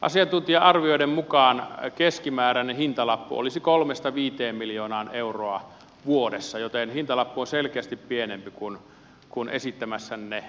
asiantuntija arvioiden mukaan keskimääräinen hintalappu olisi kolmesta viiteen miljoonaa euroa vuodessa joten hintalappu on selkeästi pienempi kuin esittämässänne mallissa